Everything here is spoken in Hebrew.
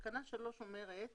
תקנה 3 אומרת